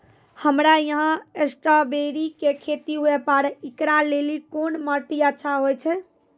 हमरा यहाँ स्ट्राबेरी के खेती हुए पारे, इकरा लेली कोन माटी अच्छा होय छै?